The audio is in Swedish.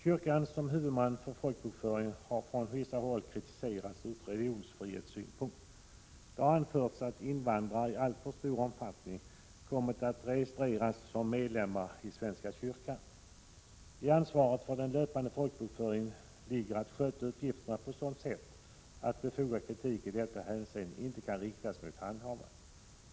Kyrkan som huvudman för folkbokföringen har från vissa håll kritiserats från religionsfrihetssynpunkt. Det har anförts att invandrare i alltför stor omfattning kommit att registreras som medlemmar i svenska kyrkan. I ansvaret för den löpande folkbokföringen ligger att sköta uppgifterna på ett sådant sätt att befogad kritik i detta hänseende inte kan riktas mot handhavandet.